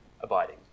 abiding